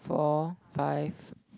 four five